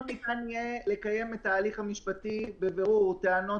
לא ניתן יהיה לקיים את ההליך המשפטי בבירור הטענות